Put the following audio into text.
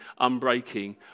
unbreaking